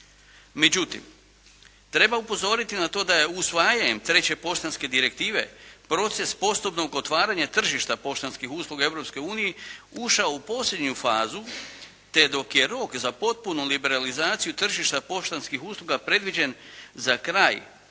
Međutim, treba upozoriti na to da je usvajanjem treće poštanske direktive proces postupnog otvaranja tržišta poštanskih usluga Europske unije ušao u posljednju fazu te dok je rok za potpunu liberalizaciju tržišta poštanskih usluga predviđen za kraj